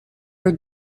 are